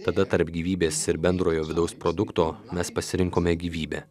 tada tarp gyvybės ir bendrojo vidaus produkto mes pasirinkome gyvybę